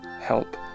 help